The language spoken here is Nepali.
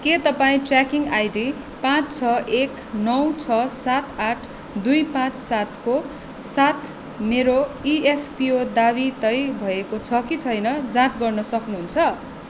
के तपाईँँ ट्र्याकिङ आइडी पाँच छ एक नौ छ सात आठ दुई पाँच सात को साथ मेरो इएफपिओ दावी तय भएको छ कि छैन जाँच गर्न सक्नुहुन्छ